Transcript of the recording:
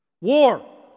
war